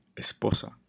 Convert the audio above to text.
esposa